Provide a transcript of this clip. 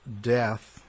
death